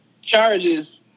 charges